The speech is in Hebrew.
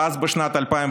ואז בשנת 2013,